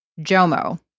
JOMO